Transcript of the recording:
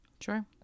Sure